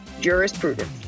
jurisprudence